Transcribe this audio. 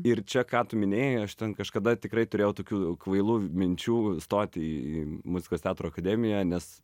ir čia ką tu minėjai aš ten kažkada tikrai turėjau tokių kvailų minčių stoti į muzikos teatro akademiją nes